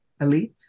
elites